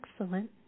excellent